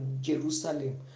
jerusalem